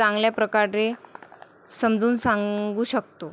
चांगल्या प्रकारे समजून सांगू शकतो